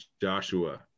Joshua